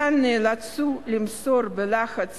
שאותן נאלצו למסור בלחץ